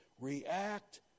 react